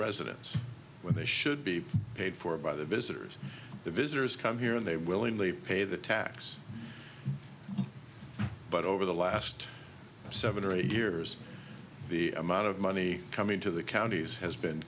residents when they should be paid for by the visitors the visitors come here and they willingly pay the tax but over the last seven or eight years the amount of money coming to the counties has been